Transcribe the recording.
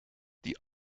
die